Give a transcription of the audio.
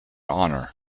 honour